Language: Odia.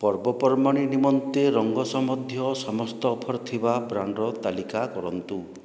ପର୍ବପର୍ବାଣି ନିମନ୍ତେ ରଙ୍ଗ ସମ୍ବନ୍ଧୀୟ ସମସ୍ତ ଅଫର୍ ଥିବା ବ୍ରାଣ୍ଡର ତାଲିକା କରନ୍ତୁ